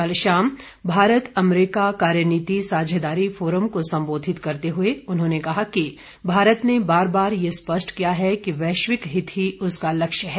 कल शाम भारत अमरीका कार्यनीतिक साझेदारी फोरम को संबोधित करते हुए उन्होंने कहा कि भारत ने बार बार यह स्पष्ट किया है कि वैश्विक हित ही उसका लक्ष्य है